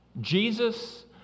Jesus